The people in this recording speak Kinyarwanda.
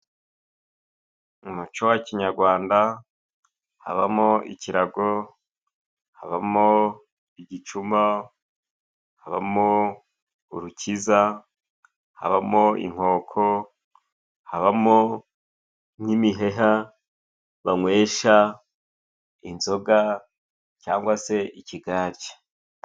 Mu muco wa kinyarwanda, habamo ikirago, habamo igicuma, habamo urukiza, habamo inkoko, habamo n'imiheha banywesha inzoga cyangwa se ikigarge.